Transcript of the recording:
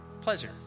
Pleasure